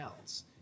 else